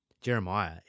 Jeremiah